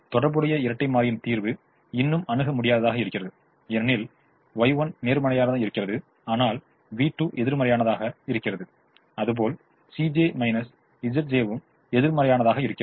தொடர்புடைய இரட்டை மாறியின் தீர்வு இன்னும் அணுக முடியாததாக இருக்கிறது ஏனெனில் Y2 நேர்மறையானதாக இருக்கிறது ஆனால் v2 எதிர்மறையானது அதுபோல் வும் எதிர்மறையானதாக இருக்கிறது